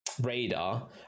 radar